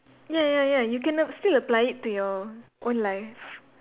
ya ya ya you can still apply it to your own life